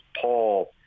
Paul